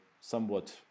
somewhat